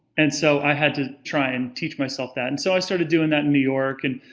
and so, i had to try and teach myself that. and so i started doing that in new york, and.